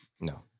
no